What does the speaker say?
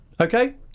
Okay